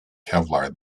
kevlar